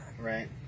Right